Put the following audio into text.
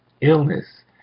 illness